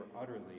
utterly